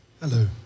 Hello